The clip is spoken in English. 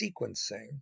sequencing